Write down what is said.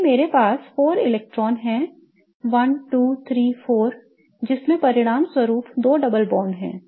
क्योंकि मेरे पास 4 इलेक्ट्रॉन हैं 1 2 3 4 जिसके परिणामस्वरूप दो double bonds हैं